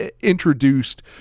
introduced